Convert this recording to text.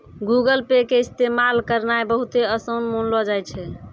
Google Pay के इस्तेमाल करनाय बहुते असान मानलो जाय छै